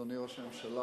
אדוני ראש הממשלה,